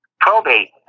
Probate